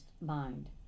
mind